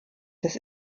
des